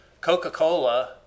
Coca-Cola